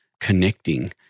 connecting